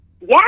Yes